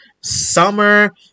summer